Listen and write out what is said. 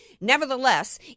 Nevertheless